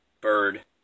bird